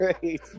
great